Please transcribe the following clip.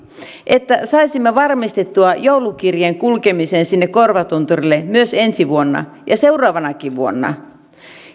että saisimme varmistettua joulukirjeen kulkemisen sinne korvatunturille myös ensi vuonna ja seuraavanakin vuonna